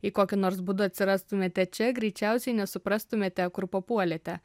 jei kokiu nors būdu atsirastumėte čia greičiausiai nesuprastumėte kur papuolėte